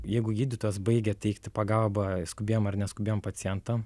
jeigu gydytojas baigia teikti pagalbą skubiem ar neskubiem pacientam